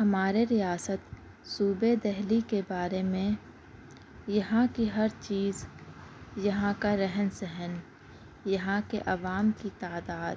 ہمارے ریاست صوبہ دہلی کے بارے میں یہاں کی ہر چیز یہاں کا رہن سہن یہاں کے عوام کی تعداد